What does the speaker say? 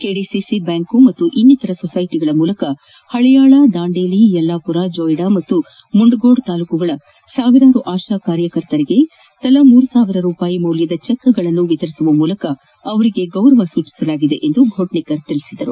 KDCC bank ಮತ್ತು ಇನ್ನಿತರ ಸೊಸ್ಮೆಟಿಗಳ ಮೂಲಕ ಹಳಿಯಾಳ ದಾಂಡೇಲಿ ಯಲ್ಲಾಪುರ ಜೋಯಿಡಾ ಮತ್ತು ಮುಂಡಗೋದ ತಾಲೂಕುಗಳ ಸಾವಿರಾರು ಆಶಾ ಕಾರ್ಯಕರ್ತೆಯರಿಗೆ ತಲಾ ಮೂರು ಸಾವಿರ ರೂಪಾಯಿ ಮೌಲ್ಯದ ಚೆಕ್ಗಳನ್ನು ವಿತರಿಸುವುದರ ಮೂಲಕ ಅವರಿಗೆ ಗೌರವ ಸೂಚಿಸಲಾಗಿದೆ ಎಂದು ಘೋಟ್ನೆಕರ್ ಹೇಳಿದರು